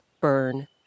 burn